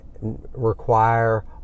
require